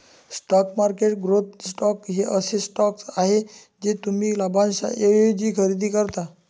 stock market growth stocks हे असे stocks आहेत जे तुम्ही लाभांशाऐवजी खरेदी करता